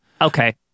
Okay